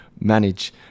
manage